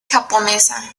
japonesa